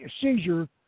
seizure